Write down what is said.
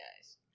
guys